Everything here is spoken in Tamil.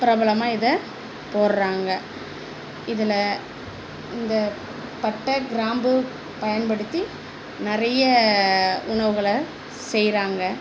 பிரபலமாக இதை போடுறாங்க இதில் இந்த பட்டை கிராம்பு பயன்படுத்தி நிறைய உணவுகளை செய்கிறாங்க